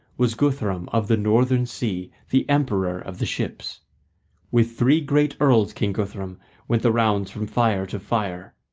was guthrum of the northern sea, the emperor of the ships with three great earls king guthrum went the rounds from fire to fire,